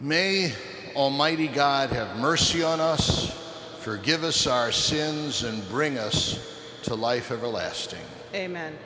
may almighty god have mercy on us forgive us our sins and bring us to life everlasting amen